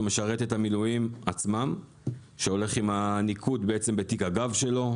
משרתת המילואים עצמם שהולך עם הניקוד בתיק הגב שלו,